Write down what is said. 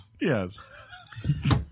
Yes